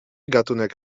gatunek